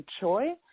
enjoy